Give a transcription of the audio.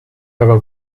aga